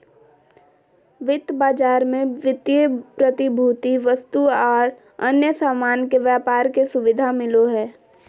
वित्त बाजार मे वित्तीय प्रतिभूति, वस्तु आर अन्य सामान के व्यापार के सुविधा मिलो हय